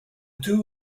two